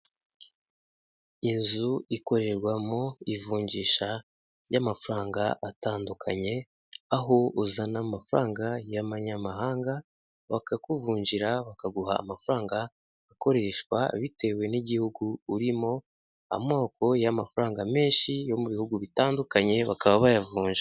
Inzu ikorerwamo ivunjisha ry'amafaranga atandukanye, aho uzana amafaranga y'amanyamahanga, bakakuvunjira bakaguha amafaranga akoreshwa bitewe n'igihugu urimo, amoko y'amafaranga menshi yo mu bihugu bitandukanye bakaba bayavunja.